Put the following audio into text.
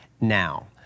now